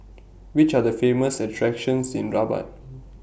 Which Are The Famous attractions in Rabat